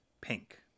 pink